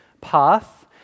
path